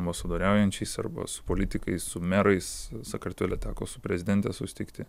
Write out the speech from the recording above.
arba ambasadoriaujančiais arba su politikais su merais sakartvele teko su prezidente susitikti